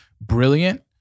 brilliant